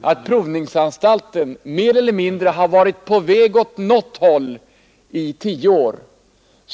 att provningsanstalten mer eller mindre varit på väg åt något håll i tio år.